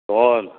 کون